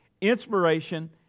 inspiration